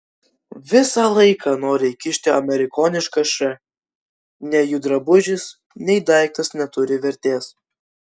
visą laiką nori įkišti amerikonišką š nei jų drabužis nei daiktas neturi vertės